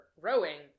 rowing